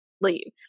leave